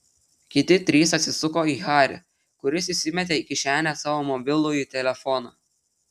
kiti trys atsisuko į harį kuris įsimetė į kišenę savo mobilųjį telefoną